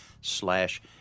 slash